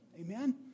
Amen